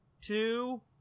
two